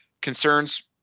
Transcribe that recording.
Concerns